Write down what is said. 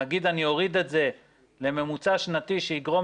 נגיד אני אוריד את זה לממוצע שנתי שיגרום